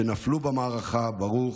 שנפלו במערכה ברוך,